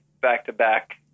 back-to-back